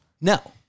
No